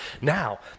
Now